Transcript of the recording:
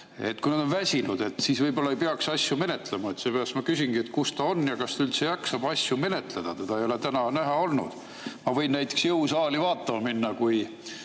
kui nad on väsinud, siis võib-olla ei peaks asju menetlema. Seepärast ma küsingi, et kus ta on ja kas ta üldse jaksab asju menetleda. Teda ei ole täna näha olnud. Ma võin näiteks jõusaali vaatama minna, kui